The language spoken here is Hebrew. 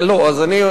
אז אני,